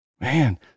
man